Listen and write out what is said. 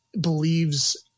believes